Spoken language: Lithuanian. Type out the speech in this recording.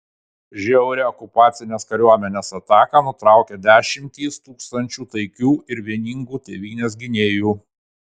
žiaurią okupacinės kariuomenės ataką nutraukė dešimtys tūkstančių taikių ir vieningų tėvynės gynėjų